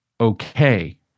okay